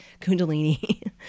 kundalini